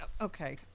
Okay